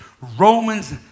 Romans